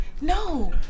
No